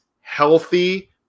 healthy